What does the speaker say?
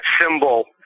symbol